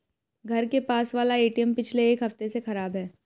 घर के पास वाला एटीएम पिछले एक हफ्ते से खराब है